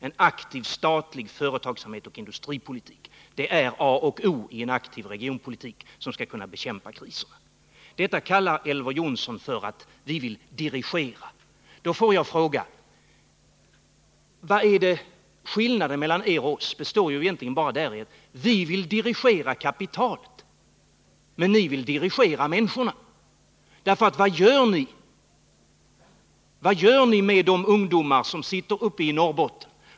En aktiv statlig företagsamhet och industripolitik är a och oi en aktiv regionpolitik som skall kunna bekämpa kriserna. Detta kallar Elver Jonsson för att vi vill dirigera. Men skillnaden mellan er och oss består egentligen bara däri att vi vill dirigera kapitalet, medan ni vill dirigera människorna. Vad gör ni med ungdomarna i Norrbotten?